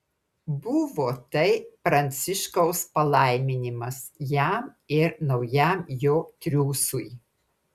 buvo tai pranciškaus palaiminimas jam ir naujam jo triūsui